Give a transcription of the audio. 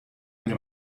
une